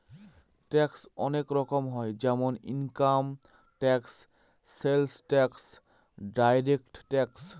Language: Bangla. ট্যাক্স অনেক রকম হয় যেমন income tax, sales tax, direct tax